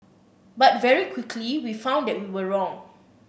but very quickly we found that we were wrong